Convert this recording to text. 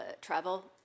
travel